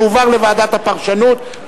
יועבר לוועדת הפרשנות,